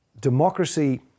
democracy